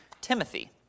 Timothy